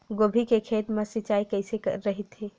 गोभी के खेत मा सिंचाई कइसे रहिथे?